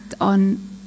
on